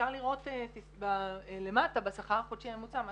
אפשר לראות למטה בשכר החודשי הממוצע מה